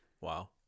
Wow